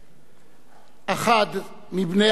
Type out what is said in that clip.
"אחד מבני החבורה שמת,